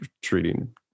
treating